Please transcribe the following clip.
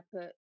put